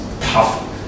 tough